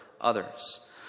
others